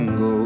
go